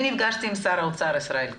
נפגשתי עם שר האוצר ישראל כץ,